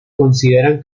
consideran